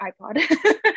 iPod